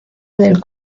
del